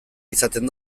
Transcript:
izaten